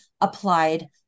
applied